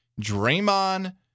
Draymond